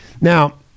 Now